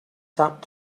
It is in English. sap